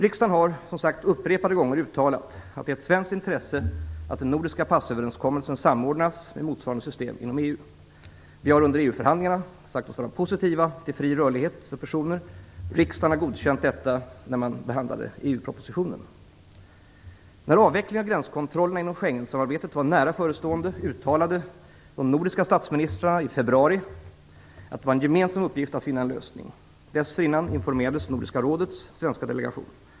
Riksdagen har, som sagt, upprepade gånger uttalat att det är ett svenskt intresse att den nordiska passöverenskommelsen samordnas med motsvarande system inom EU. Vi har under EU-förhandlingarna sagt oss vara positiva till fri rörlighet för personer, och riksdagen har godkänt detta i och med behandlingen av EU-propositionen. Schengensamarbetet var nära förestående uttalade de nordiska statsministrarna i februari att det var en gemensam uppgift att finna en lösning. Dessförinnan informerades Nordiska rådets svenska delegation.